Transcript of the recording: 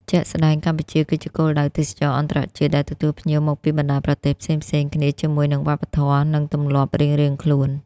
ជាក់ស្តែង កម្ពុជាគឺជាគោលដៅទេសចរណ៍អន្តរជាតិ ដែលទទួលភ្ញៀវមកពីបណ្តាប្រទេសផ្សេងៗគ្នាជាមួយនឹងវប្បធម៌ និងទម្លាប់រៀងៗខ្លួន។